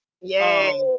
yay